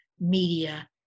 media